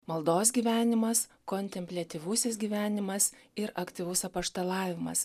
maldos gyvenimas kontempliatyvusis gyvenimas ir aktyvus apaštalavimas